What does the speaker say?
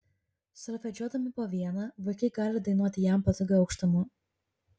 solfedžiuodami po vieną vaikai gali dainuoti jam patogiu aukštumu